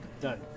Done